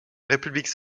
république